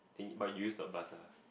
but you use the bus lah